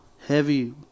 heavy